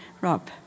Rob